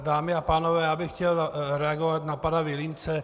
Dámy a pánové, já bych chtěl reagovat na pana Vilímce.